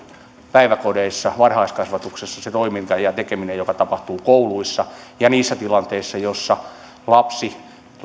päiväkodeissa varhaiskasvatuksessa se toiminta ja tekeminen joka tapahtuu kouluissa ja niissä tilanteissa joissa lapsi ja